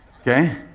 Okay